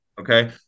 okay